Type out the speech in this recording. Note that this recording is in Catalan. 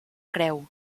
creu